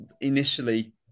initially